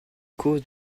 causes